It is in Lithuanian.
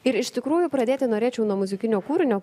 ir iš tikrųjų pradėti norėčiau nuo muzikinio kūrinio